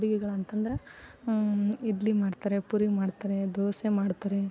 ಅಡುಗೆಗಳಂತ ಅಂದ್ರೆ ಇಡ್ಲಿ ಮಾಡ್ತಾರೆ ಪೂರಿ ಮಾಡ್ತಾರೆ ದೋಸೆ ಮಾಡ್ತಾರೆ